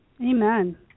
Amen